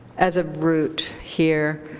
as a root here.